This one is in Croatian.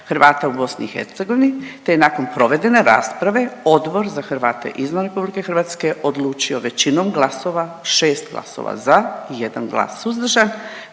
Hrvata u BiH te je nakon provedene rasprave Odbor za Hrvate izvan RH odlučio većinom glasova 6 glasova za i 1 glas suzdržan